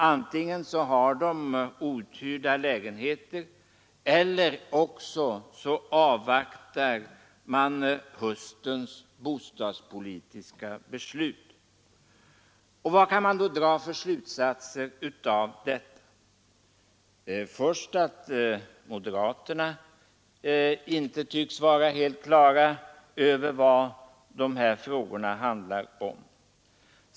Antingen har de outhyrda lägenheter eller också avvaktar man höstens bostadspolitiska beslut. Vad kan man då dra för slutsatser av detta? Den första är att moderaterna inte tycks vara helt klara över vad dessa frågor handlar om.